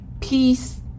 peace